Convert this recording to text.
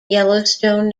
yellowstone